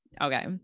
okay